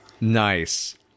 Nice